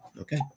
Okay